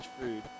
food